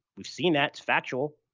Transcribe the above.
we've seen. it's factual.